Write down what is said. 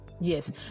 Yes